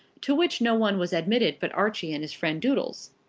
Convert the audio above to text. to which no one was admitted but archie and his friend doodles.